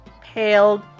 pale